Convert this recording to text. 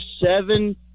seven